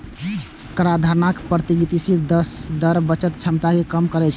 कराधानक प्रगतिशील दर बचत क्षमता कें कम करै छै